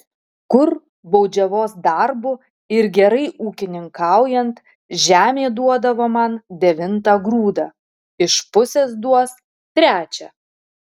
kur baudžiavos darbu ir gerai ūkininkaujant žemė duodavo man devintą grūdą iš pusės duos trečią